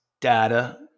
data